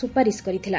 ସୁପାରିସ୍ କରିଥିଲା